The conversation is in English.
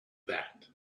that